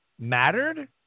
mattered